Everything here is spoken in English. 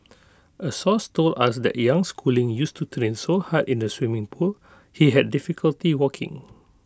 A source told us that young schooling used to train so hard in the swimming pool he had difficulty walking